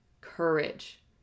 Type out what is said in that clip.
Courage